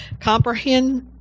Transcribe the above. Comprehend